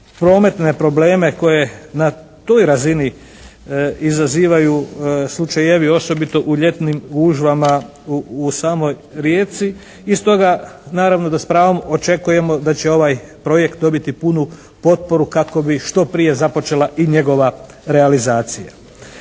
prometne probleme koje na toj razini izazivaju slučajevi osobito u ljetnim gužvama u samoj Rijeci. I stoga naravno da s pravom očekujemo da će ovaj projekt dobiti punu potporu kako bi što prije započela i njegova realizacija.